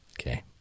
Okay